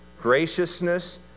graciousness